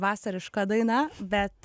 vasariška daina bet